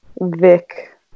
Vic